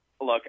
look